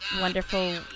wonderful